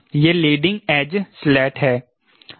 यह leading edge slat है